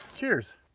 Cheers